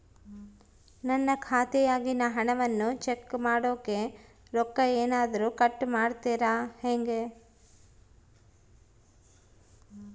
ನನ್ನ ಖಾತೆಯಾಗಿನ ಹಣವನ್ನು ಚೆಕ್ ಮಾಡೋಕೆ ರೊಕ್ಕ ಏನಾದರೂ ಕಟ್ ಮಾಡುತ್ತೇರಾ ಹೆಂಗೆ?